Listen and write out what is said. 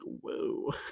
whoa